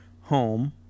home